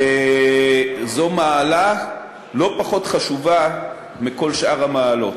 וזו מעלה לא פחות חשובה מכל שאר המעלות.